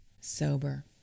sober